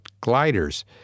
gliders